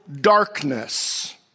darkness